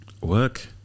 work